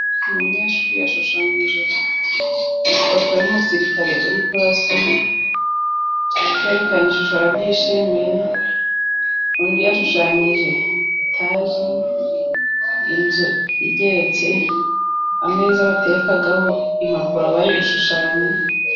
Umunyeshuri yashushanyije ifoto y'umusirikare uri kurasa ari kwerekana ishusho arabyishimiye undi yashushanyije etage inzu igeretse, ameza batekarekaho impapuro bari gushushanya.